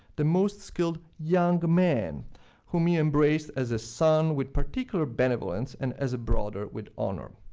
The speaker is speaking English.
the most skilled young man whom he embraced as a son with particular benevolence and as a brother with honor.